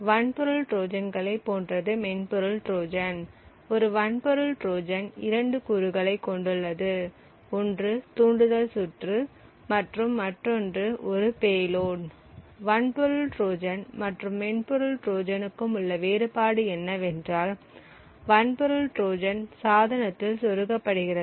வன்பொருள் ட்ரோஜான்களைப் போன்றது மென்பொருள் ட்ரோஜன் ஒரு வன்பொருள் ட்ரோஜன்இரண்டு கூறுகளைக் கொண்டுள்ளது ஒன்று தூண்டுதல் சுற்று மற்றும் மற்றொன்று ஒரு பேலோட் வன்பொருள் ட்ரோஜன் மற்றும் மென்பொருள் ட்ரோஜனுக்கும் உள்ள வேறுபாடு என்னவென்றால் வன்பொருள் ட்ரோஜன் சாதனத்தில் சொருகப்படுகிறது